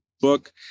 book